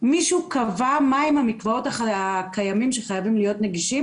מישהו קבע מהם המקוואות הקיימים שחייבים להיות נגישים,